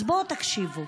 אז בואו תקשיבו.